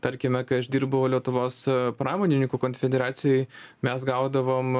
tarkime kai aš dirbau lietuvos pramonininkų konfederacijoj mes gaudavom